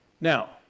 Now